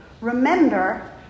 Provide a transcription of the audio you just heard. Remember